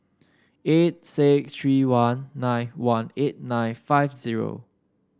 eight six three one nine one eight nine five zero